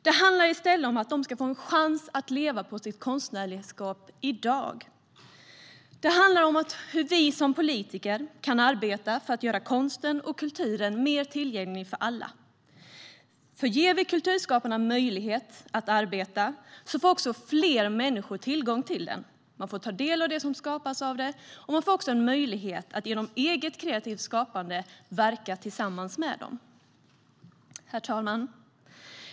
Det handlar i stället om att de ska få en chans att leva på sitt konstnärskap i dag, och det handlar om hur vi som politiker kan arbeta för att göra konsten och kulturen mer tillgänglig för alla, för ger vi kulturskaparna en möjlighet att arbeta kommer också fler människor att få ta del av det som skapas. Det ger också en möjlighet att genom eget kreativt skapande verka tillsammans med dem. Herr talman!